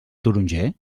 taronger